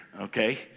okay